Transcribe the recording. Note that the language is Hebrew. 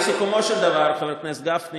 לסיכומו של דבר, חבר הכנסת גפני